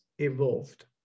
evolved